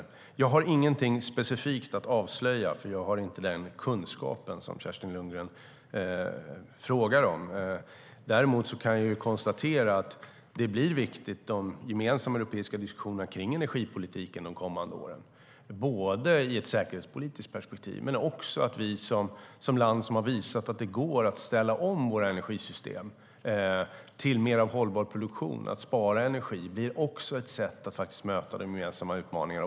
Jag har ingenting specifikt att avslöja eftersom jag inte har den kunskap som Kerstin Lundgren frågar om. Däremot kan jag konstatera att de gemensamma europeiska diskussionerna om energipolitiken blir viktiga de kommande åren i ett säkerhetspolitiskt perspektiv men också därför att vi som land har visat att det går att ställa om våra energisystem till mer av hållbar produktion och spara energi och att det också blir ett sätt att möta de gemensamma utmaningarna.